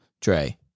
Dre